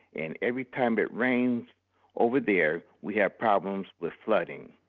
and every time it rains over there, we have problems with flooding.